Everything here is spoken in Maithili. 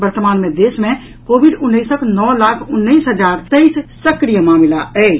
वर्तमान मे देश मे कोविड उन्नैसक नओ लाख उन्नैस हजार तेईस सक्रिय मामिला अछि